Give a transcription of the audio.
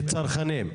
כצרכנים.